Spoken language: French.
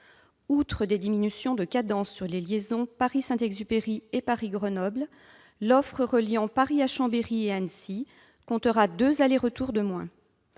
Outre des diminutions de cadence sur les liaisons Paris-Saint-Exupéry et Paris-Grenoble, l'offre reliant Paris à Chambéry et Annecy comptera deux allers-retours quotidiens